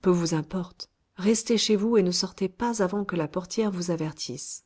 peu vous importe restez chez vous et ne sortez pas avant que la portière vous avertisse